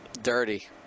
Dirty